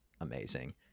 amazing